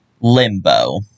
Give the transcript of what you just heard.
Limbo